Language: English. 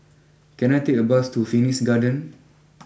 can I take a bus to Phoenix Garden